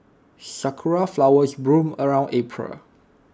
Sakura Flowers bloom around April